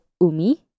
Umi